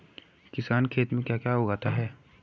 किसान खेत में क्या क्या उगाता है?